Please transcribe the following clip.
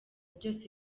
byose